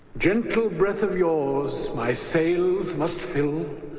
gentle breath of yours my sails must fill,